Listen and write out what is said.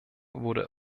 wurde